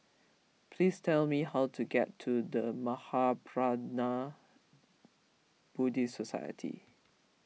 please tell me how to get to the Mahaprajna Buddhist Society